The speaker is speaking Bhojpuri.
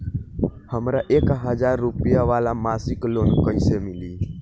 हमरा एक हज़ार रुपया वाला मासिक लोन कईसे मिली?